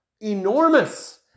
enormous